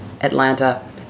Atlanta